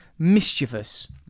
Mischievous